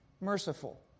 merciful